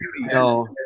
No